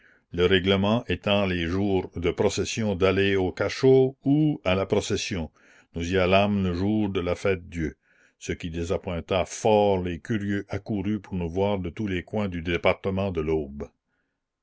le règlement étant les jours de procession d'aller au cachot ou à la procession nous y allâmes le jour de la fête dieu ce qui désappointa fort les curieux accourus pour nous voir de tous les coins du département de